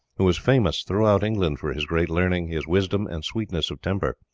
who was famous throughout england for his great learning, his wisdom, and sweetness of temper.